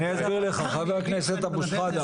אני אסביר לך חבר הכנסת אבו שחאדה,